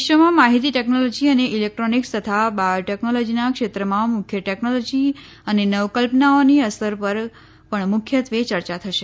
વિશ્વમાં માહિતી ટેકનોલોજી અને ઇલેકટ્રોનિકસ તથા બાયોટેકનોલોજીના ક્ષેત્રમાં મુખ્ય ટેકનોલોજી અને નવ કલ્પનાઓની અસર પર પણ મુખ્યત્વે ચર્ચા થશે